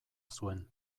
zuen